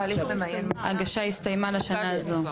ההגשה הסתיימה לשנה הזו.